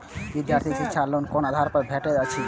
विधार्थी के शिक्षा लोन कोन आधार पर भेटेत अछि?